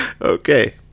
Okay